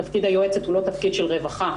תפקיד היועצת הוא לא תפקיד של רווחה,